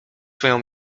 swoją